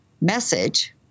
Message